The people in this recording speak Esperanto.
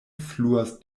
fluas